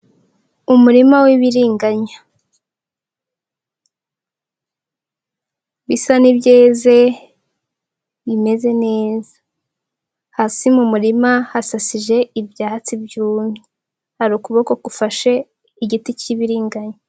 Umurima w'ibiringanya, bisa n'ibyeze, hasi mu murima hasasije ibyatsi byumye, hari ukuboko gufasha igiti cy'ibiringanya.